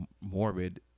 morbid